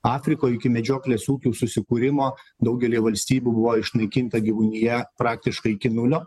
afrikoj iki medžioklės ūkių susikūrimo daugelyje valstybių buvo išnaikinta gyvūnija praktiškai iki nulio